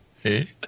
Hey